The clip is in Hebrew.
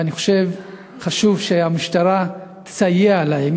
חשוב שהמשטרה תסייע להם.